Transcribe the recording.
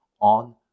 on